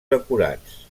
decorats